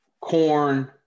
corn